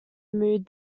mood